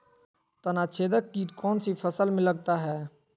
तनाछेदक किट कौन सी फसल में लगता है?